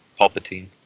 Palpatine